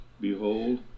Behold